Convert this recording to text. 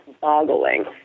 boggling